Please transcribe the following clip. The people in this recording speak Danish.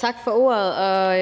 Tak for ordet, og